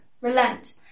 relent